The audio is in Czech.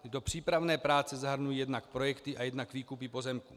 Tyto přípravné práce zahrnují jednak projekty a jednak výkupy pozemků.